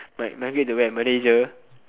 like migrate to where Malaysia